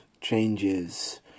Changes